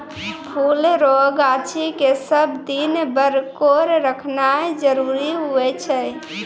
फुल रो गाछी के सब दिन बरकोर रखनाय जरूरी हुवै छै